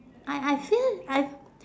I I feel I